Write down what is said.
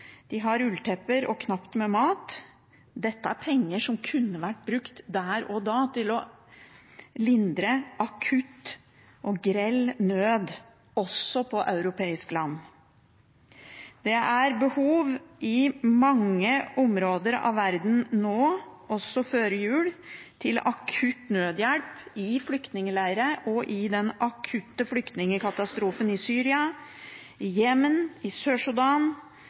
De har ulltepper og knapt med mat. Dette er penger som kunne vært brukt der og da til å lindre akutt og grell nød, også på europeisk land. Det er behov i mange områder av verden nå, også før jul, til akutt nødhjelp i flyktningleirer og i den akutte flyktningkatastrofen i Syria, i Jemen, i